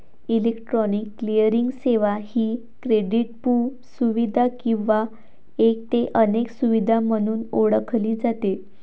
electronic clearing सेवा ही क्रेडिटपू सुविधा किंवा एक ते अनेक सुविधा म्हणून ओळखली जाते